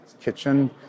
kitchen